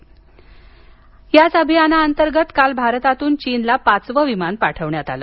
वंदे भारत चीन याच अभियानाअंतर्गत काल भारतातून चीनला पाचवं विमान पाठविण्यात आलं